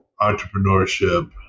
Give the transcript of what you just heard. entrepreneurship